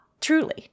truly